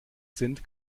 sind